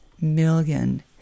million